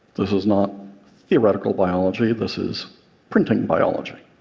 this is not theoretical biology. this is printing biology.